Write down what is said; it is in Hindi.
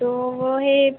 तो वह है